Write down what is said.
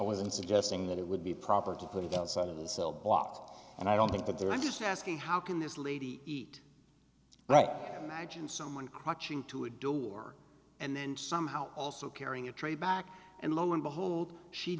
wasn't suggesting that it would be proper to put it outside of the cell block and i don't think that they're just asking how can this lady eat right margin someone crouching to a door and then somehow also carrying a tray back and lo and behold she